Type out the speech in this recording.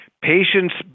Patients